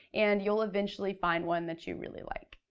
and you'll eventually find one that you really like.